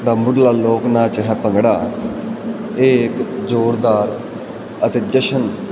ਦਾ ਮੁੱਢਲਾ ਲੋਕ ਨਾਚ ਹੈ ਭੰਗੜਾ ਇਹ ਇੱਕ ਜੋਰ ਦਾਰ ਅਤੇ ਜਸ਼ਨ